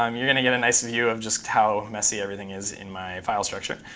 um you're going to get a nice view of just how messy everything is in my file structure.